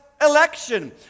election